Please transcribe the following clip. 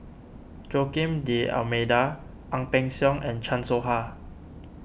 Joaquim D'Almeida Ang Peng Siong and Chan Soh Ha